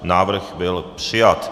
Návrh byl přijat.